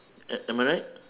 am am I right